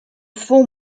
form